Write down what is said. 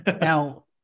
Now